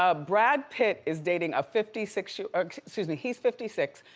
ah brad pitt is dating a fifty six ye excuse me, he's fifty six,